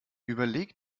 überlege